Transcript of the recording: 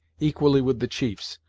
equally with the chiefs,